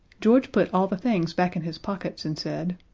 george put all the things back in his pockets, and said,